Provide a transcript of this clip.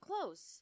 close